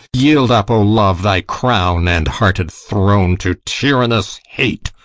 yield up, o love, thy crown and hearted throne to tyrannous hate!